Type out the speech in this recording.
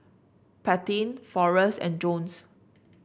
Paityn Forrest and Jones